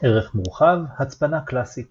ערך מורחב – הצפנה קלאסית